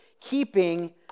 keeping